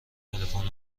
تلفن